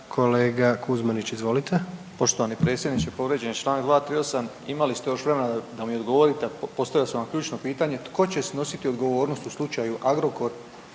**Kuzmanić, Matko (SDP)** Poštovani predsjedniče povrijeđen je Članak 238., imali ste još vremena da mi odgovorite, postavio sam vam ključno pitanje tko će snositi odgovornost u slučaju Agrokor